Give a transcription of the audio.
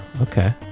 Okay